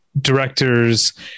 directors